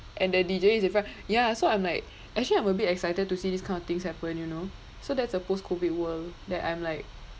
and the D_J is in front ya so I'm like actually I'm a bit excited to see this kind of things happen you know so that's a post-COVID world that I'm like